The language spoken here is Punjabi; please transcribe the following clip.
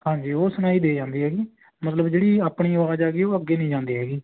ਹਾਂਜੀ ਉਹ ਸੁਣਾਈ ਦੇ ਜਾਂਦੀ ਹੈਗੀ ਮਤਲਬ ਜਿਹੜੀ ਆਪਣੀ ਆਵਾਜ਼ ਹੈਗੀ ਉਹ ਅੱਗੇ ਨਹੀਂ ਜਾਂਦੀ ਹੈਗੀ